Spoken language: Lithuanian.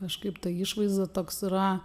kažkaip ta išvaizda toks yra